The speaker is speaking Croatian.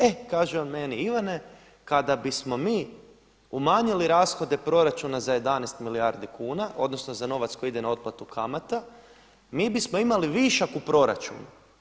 E kaže on meni Ivane kada bismo mi umanjili rashode proračuna za 11 milijardi kuna odnosno za novac koji ide na otplatu kamata, mi bismo imali višak u proračunu.